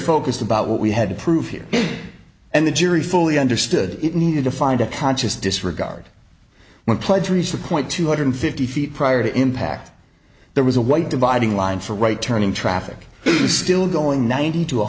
focused about what we had to prove here and the jury fully understood it needed to find a conscious disregard reply to reach the point two hundred fifty feet prior to impact there was a white dividing line for right turning traffic is still going ninety to a